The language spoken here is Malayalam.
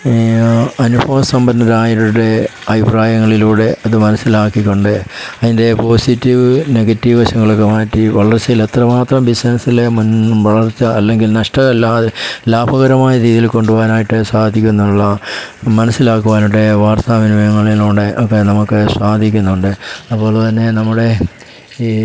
അനുഭവസമ്പന്നരായവരുടെ അഭിപ്രായങ്ങളിലൂടെ അതു മനസ്സിലാക്കിക്കൊണ്ട് അതിൻ്റെ പോസിറ്റീവ് നെഗറ്റീവ് വശങ്ങളൊക്കെ മാറ്റി വളർച്ചയിൽ എത്രമാത്രം ബിസിനസ്സിൽ മുൻ വളർച്ച അല്ലെങ്കിൽ നഷ്ടമില്ലാതെ ലാഭകരമായ രീതിയിൽ കൊണ്ടു പോകാനായിട്ട് സാധിക്കുന്നുള്ള മനസ്സിലാക്കുവാനായിട്ട് വാർത്താവിനിമയങ്ങളിലൂടെ ഒക്കെ നമുക്ക് സാധിക്കുന്നുണ്ട് അപ്പോൾ തന്നെ നമ്മുടെ ഈ